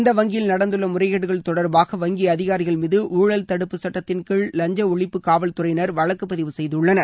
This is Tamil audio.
இந்த வங்கியில் நடந்துள்ள முறைகேடுகள் தொடர்பாக வங்கி அதிகாரிகள் மீது உணழல் தடுப்புச்சட்டத்தின்கீழ் லஞ்ச ஒழிப்பு காவல் துறையினர் வழக்கு பதிவு செய்துள்ளனர்